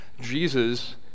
Jesus